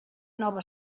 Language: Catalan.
nova